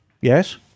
Yes